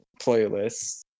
playlists